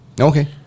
Okay